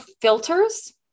filters